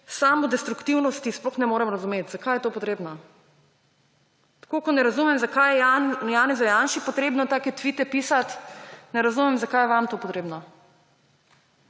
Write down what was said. samodestruktivnosti sploh ne morem razumeti. Zakaj je to treba? Tako kot ne razumem, zakaj je Janezu Janši treba take tvite pisati, ne razumem, zakaj je vam to treba.